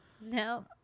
No